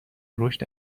رشد